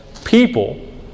People